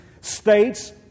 states